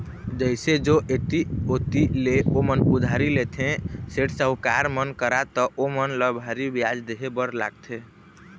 जइसे जो ऐती ओती ले ओमन उधारी लेथे, सेठ, साहूकार मन करा त ओमन ल भारी बियाज देहे बर लागथे